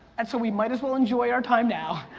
and so we might as well enjoy our time now.